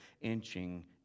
inching